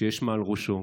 שיש מעל ראשו